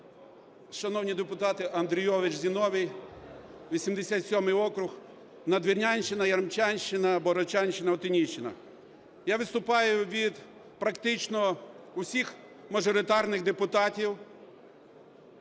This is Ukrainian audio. Шановні депутати! Андрійович Зіновій, 87 округ, Надвірнянщина, Яремчанщина, Богородчанщина, Отинійщина. Я виступаю від практично усіх мажоритарних депутатів,